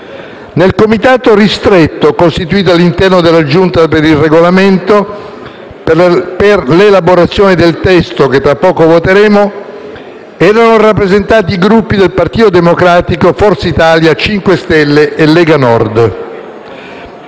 Nel Comitato ristretto costituito all'interno della Giunta per il Regolamento per l'elaborazione del testo che tra poco voteremo erano rappresentati i Gruppi del Partito Democratico, Forza Italia, Movimento 5 Stelle e Lega Nord.